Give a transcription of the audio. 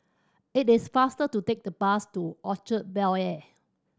it is faster to take the bus to Orchard Bel Air